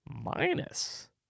Minus